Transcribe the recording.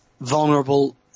vulnerable